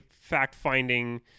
fact-finding